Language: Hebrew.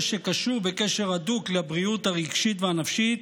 שקשור בקשר הדוק לבריאות הרגשית והנפשית,